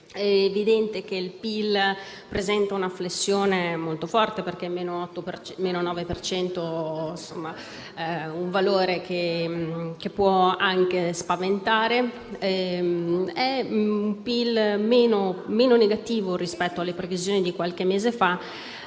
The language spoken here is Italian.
è evidente che il PIL presenta una flessione molto forte, perché - 9 per cento è un valore che può anche spaventare. È un PIL tuttavia meno negativo rispetto alle previsioni di qualche mese fa,